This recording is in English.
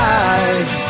eyes